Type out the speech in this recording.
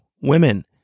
women